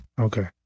Okay